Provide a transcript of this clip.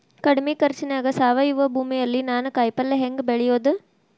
ಕಡಮಿ ಖರ್ಚನ್ಯಾಗ್ ಸಾವಯವ ಭೂಮಿಯಲ್ಲಿ ನಾನ್ ಕಾಯಿಪಲ್ಲೆ ಹೆಂಗ್ ಬೆಳಿಯೋದ್?